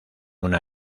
una